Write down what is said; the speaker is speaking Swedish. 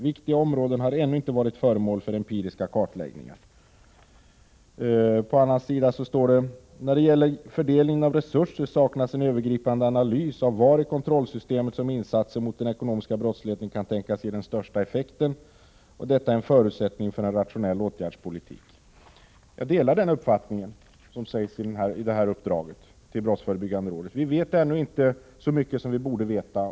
Viktiga områden har ännu inte varit föremål för empiriska kartläggningar.” På ett annat ställe heter det: ”När det gäller fördelningen av resurser saknas en övergripande analys om var i kontrollsystemet som insatser mot den ekonomiska brottsligheten kan tänkas ge den största effekten. Detta är en förutsättning för en rationell åtgärdspolitik.” Jag delar den uppfattning som kommer till uttryck i uppdraget till BRÅ. Vi vet ännu inte så mycket som vi borde veta.